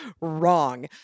wrong